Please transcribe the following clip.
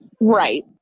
Right